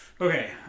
okay